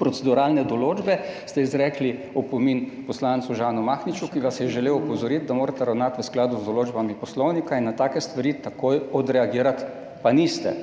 proceduralne določbe, ste izrekli opomin poslancu Žanu Mahniču, ki vas je želel opozoriti, da morate ravnati v skladu z določbami Poslovnika in na take stvari takoj odreagirati, pa niste.